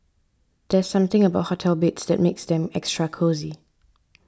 there's something about hotel beds that makes them extra cosy